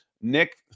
Nick